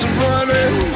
running